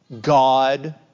God